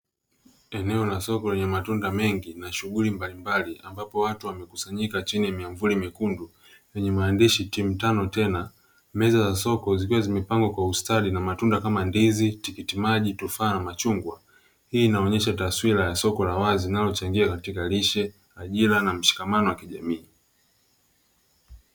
Eneo la soko lenye matunda mengi na shughuli mbalimbali, ambapo watu wamekusanyika chini ya miamvuli myekundu yenye maandishi "timu tano tena", meza za soko zikiwa zimepangwa kwa ustadi, na matunda kama ndizi, tikiti maji, tufaa na machungwa. Hii inaonyesha taswira ya soko la wazi, linalochangia katika lishe, ajira na mshikamano wa kijamii.